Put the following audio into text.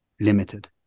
limited